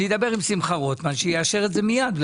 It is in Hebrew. אני אדבר עם שמחה רוטמן שיאשר את זה מייד.